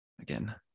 again